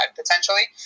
potentially